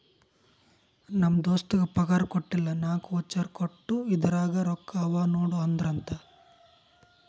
ನಮ್ ದೋಸ್ತಗ್ ಪಗಾರ್ ಕೊಟ್ಟಿಲ್ಲ ನಾಕ್ ವೋಚರ್ ಕೊಟ್ಟು ಇದುರಾಗೆ ರೊಕ್ಕಾ ಅವಾ ನೋಡು ಅಂದ್ರಂತ